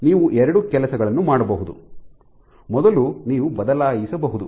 ನೀವು ಎರಡು ಕೆಲಸಗಳನ್ನು ಮಾಡಬಹುದು ಮೊದಲು ನೀವು ಬದಲಾಯಿಸಬಹುದು